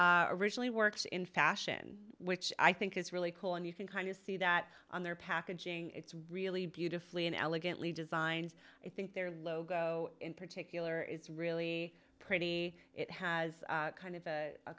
that originally works in fashion which i think is really cool and you can kind of see that on their packaging it's really beautifully and elegantly designed it their logo in particular is really pretty it has kind of a